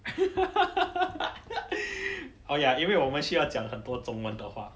oh ya 因为我们需要讲很多中文的话